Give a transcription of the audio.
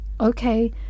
okay